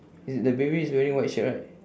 eh the baby is wearing white shirt right